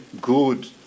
good